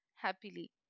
happily